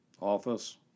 office